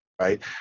right